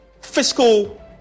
fiscal